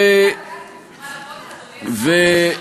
אתה מדבר על בג"ץ,